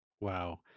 Wow